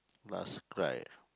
last cry